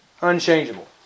Unchangeable